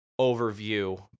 overview